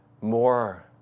more